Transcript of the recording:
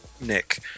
Nick